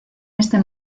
este